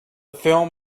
film